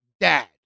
dad